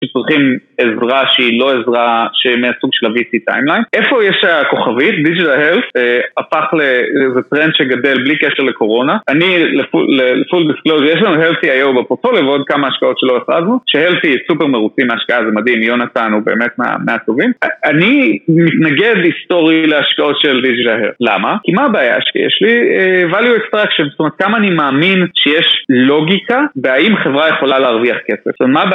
שצריכים עזרה שהיא לא עזרה, שהיא מהסוג של ה-VT-Timeline. איפה יש הכוכבית? Digital Health הפך לאיזה טרנד שגדל בלי קשר לקורונה. אני לפול דיסקלוגיה, יש לנו ה-Healthy היום בפופול, ועוד כמה השקעות שלא עשו. שה-Healthy סופר מרוצים מההשקעה, זה מדהים, יונתן הוא באמת מהטובים. אני מתנגד היסטורי להשקעות של Digital Health. למה? כי מה הבעיה שיש לי? Value Extraction, זאת אומרת, כמה אני מאמין שיש לוגיקה, והאם חברה יכולה להרוויח כסף?